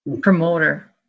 promoter